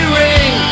ring